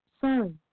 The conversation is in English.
Sorry